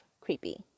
creepy